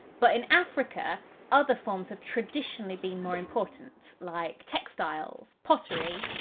but in africa other forms have traditionally been more important, like textiles, pottery,